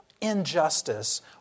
injustice